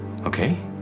okay